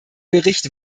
bericht